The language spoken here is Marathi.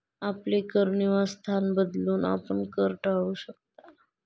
आपले कर निवासस्थान बदलून, आपण कर टाळू शकता